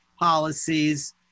policies